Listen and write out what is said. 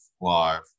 live